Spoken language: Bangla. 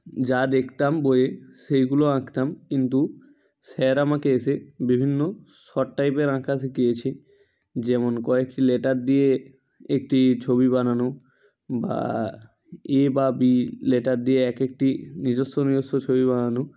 যা দেখতাম বইয়ে সেইগুলো আঁকতাম কিন্তু স্যার আমাকে এসে বিভিন্ন শট টাইপের আঁকা শিখিয়েছে যেমন কয়েকটি লেটার দিয়ে একটি ছবি বানানো বা এ বা বি লেটার দিয়ে এক একটি নিজস্ব নিজস্ব ছবি বানানো